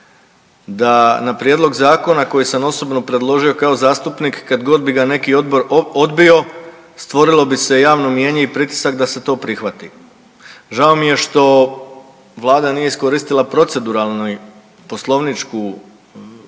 da na prijedlog zakona koji sam osobno predložio kao zastupnik kad god bi ga neki odbor odbio stvorilo bi se javno mijenje i pritisak da se to prihvati. Žao mi je što vlada nije iskoristila proceduralni poslovničku,